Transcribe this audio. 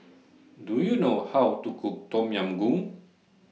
Do YOU know How to Cook Tom Yam Goong